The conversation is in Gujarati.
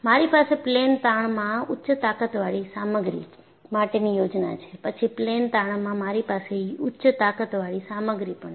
મારી પાસે પ્લેન તાણમાં ઉચ્ચ તાકતવાળી સામગ્રી માટેની યોજના છે પછી પ્લેન તાણમાં મારી પાસે ઉચ્ચ તાકતવાળી સામગ્રી પણ છે